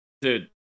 Dude